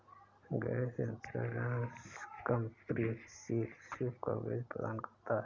gap insurance comprehensive coverage प्रदान करता है